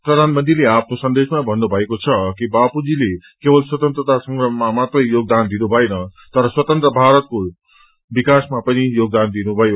प्रधानमंत्रीले आफ्नो सन्देशमा भन्नुभएको छ कि बापूजीले केवल स्वतन्त्रता संग्राममा मात्रै योगदान दिनु भएन तर स्वतन्त्र भारतको अतिहासमा पनि योगदान दिनुभयो